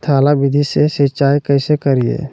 थाला विधि से सिंचाई कैसे करीये?